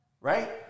right